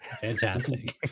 Fantastic